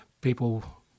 people